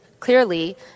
Clearly